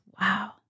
Wow